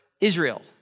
Israel